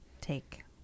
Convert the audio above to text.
take